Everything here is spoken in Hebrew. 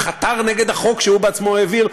חתר נגד החוק שהוא בעצמו העביר,